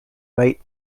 late